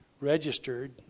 registered